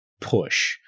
push